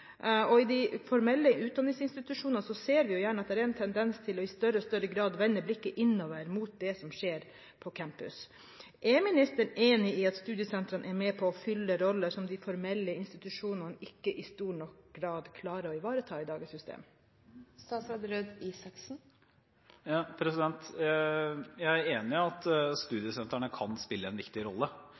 I de formelle utdanningsinstitusjonene ser vi at det i stadig større grad er en tendens til å vende blikket innover, mot det som skjer på campus. Er ministeren enig i at studiesentrene er med på å fylle roller som de formelle institusjonene ikke i stor nok grad klarer å ivareta med dagens system? Jeg er enig i at studiesentrene kan spille en viktig rolle